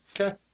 Okay